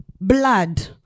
blood